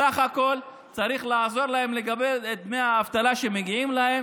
בסך הכול צריך לעזור להם לקבל את דמי האבטלה שמגיעים להם